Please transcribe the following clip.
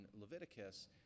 Leviticus